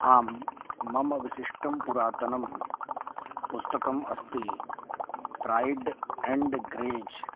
आं मम विशिष्टं पुरातनं पुस्तकम् अस्ति प्राय्ड् एण्ड् ग्रेज्